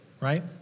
right